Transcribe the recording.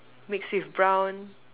mix with brown